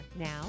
Now